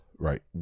Right